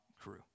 crew